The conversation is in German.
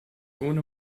ohne